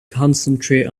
concentrate